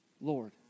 Lord